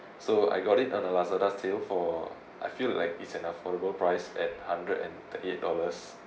so I got it on a lazada sale for I feel like it's an affordable price at hundred and thirty eight dollars